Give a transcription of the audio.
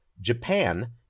Japan